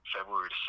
February